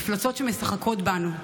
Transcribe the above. מפלצות שמשחקות בנו,